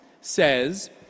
says